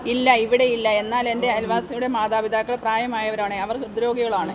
ഇല്ല ഇവിടെയില്ല എന്നാൽ എന്റെ അയൽവാസിയുടെ മാതാപിതാക്കൾ പ്രായമായവരാണ് അവർ ഹൃദ്രോഗികളാണ്